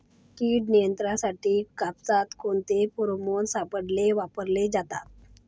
कीड नियंत्रणासाठी कापसात कोणते फेरोमोन सापळे वापरले जातात?